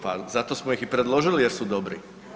Pa zato smo ih i predložili jer su dobri.